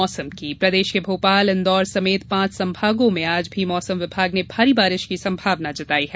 मौसम प्रदेश के भोपाल इंदौर समेत पांच संभागों में आज भी मौसम विमाग ने भारी बारिश की संभावना जताई है